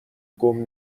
گـم